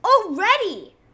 already